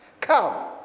Come